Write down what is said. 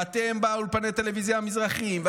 ואתם באולפני הטלוויזיה המזרחים.